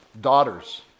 daughters